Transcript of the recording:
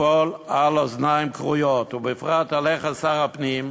ליפול על אוזניים כרויות, ובפרט שלך, שר הפנים,